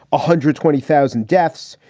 ah hundred twenty thousand deaths.